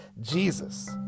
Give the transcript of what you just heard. Jesus